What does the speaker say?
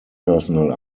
personnel